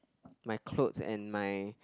my clothes and my